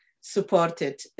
supported